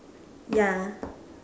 ya